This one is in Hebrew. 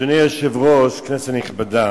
אני לא בטוח שאוכל.